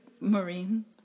Marine